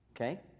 Okay